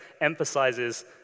emphasizes